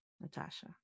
Natasha